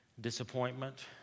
disappointment